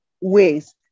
ways